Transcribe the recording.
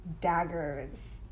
daggers